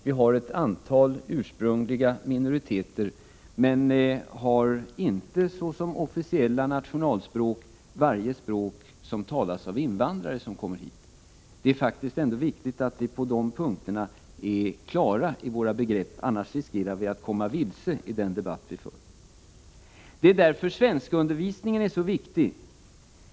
Vi har ett antal ursprungliga minoriteter men har inte såsom officiellt nationalspråk varje språk som talas av invandrare som kommit hit. Det är faktiskt viktigt att vi på dessa punkter är klara i våra begrepp. Annars riskerar vi att komma vilse i debatten. Det är därför svenskundervisningen är så viktig.